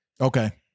Okay